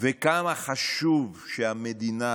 וכמה חשוב שהמדינה